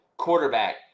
quarterback